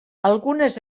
algunes